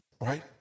right